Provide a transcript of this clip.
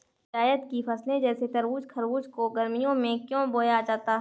जायद की फसले जैसे तरबूज़ खरबूज को गर्मियों में क्यो बोया जाता है?